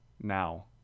now